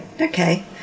okay